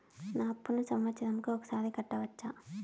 నా అప్పును సంవత్సరంకు ఒకసారి కట్టవచ్చా?